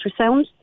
ultrasound